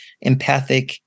empathic